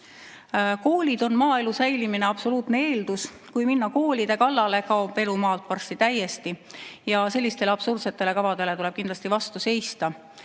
Koolid on maaelu säilimise absoluutne eeldus. Kui minna koolide kallale, kaob elu maal varsti täiesti, ja sellistele absurdsetele kavadele tuleb kindlasti vastu seista.